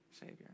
Savior